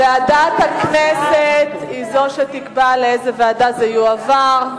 ועדת הכנסת היא זו שתקבע לאיזו ועדה זה יועבר.